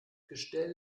gestell